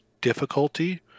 difficulty